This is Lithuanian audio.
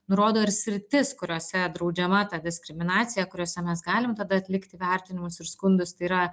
nurodo ir sritis kuriose draudžiama ta diskriminacija kuriose mes galim tada atlikt vertinimus ir skundus tai yra